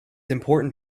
important